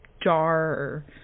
jar